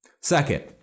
Second